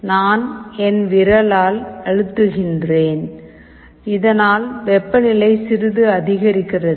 நான் என் விரலால் அழுத்துகிறேன் இதனால் வெப்பநிலை சிறிது அதிகரிக்கிறது